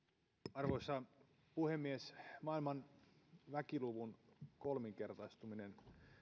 arvoisa puhemies maailman väkiluvun kolminkertaistuminen